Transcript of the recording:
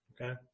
Okay